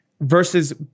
Versus